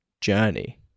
journey